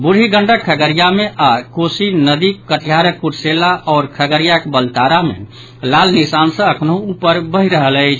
बूढ़ी गंडक खगड़िया मे आओर कोसी नदी कटिहारक कुर्सेला आ खगड़ियाक बलतारा मे लाल निशान सँ अखनहुं ऊपर बहि रहल अछि